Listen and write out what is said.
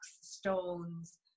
stones